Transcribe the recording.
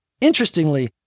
Interestingly